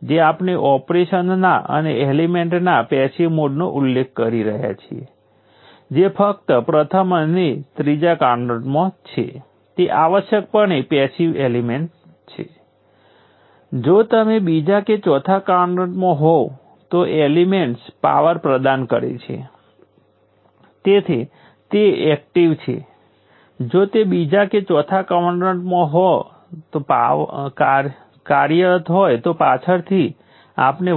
તેથી V1 I1 V2 I2 VR I R તેમાંથી દરેકને ૨ વોલ્ટેજ સોર્સો અને પેસિવ સાઇન કન્વેન્શન સાથે રઝિસ્ટર અને સુસંગતતા માટે પસંદ કરવામાં આવ્યા છે હવે આ સર્કિટનું વિશ્લેષણ વાસ્તવિક છે અને તમારામાંના ઘણા તેમના મગજમાં તે સેકન્ડના ભાગમાં કરી શકે છે આ કોમ્બિનેશનમાં